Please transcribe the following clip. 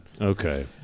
Okay